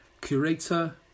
curator